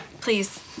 Please